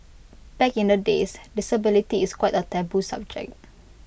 back in the days disability is quite A taboo subject